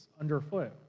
underfoot